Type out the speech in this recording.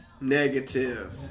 Negative